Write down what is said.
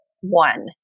one